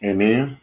Amen